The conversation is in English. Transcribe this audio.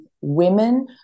women